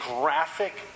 graphic